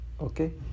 Okay